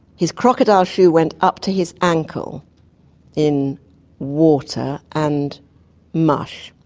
his crocodile shoe went up to his ankle in water and mush.